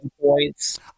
points